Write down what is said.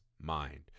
mind